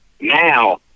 Now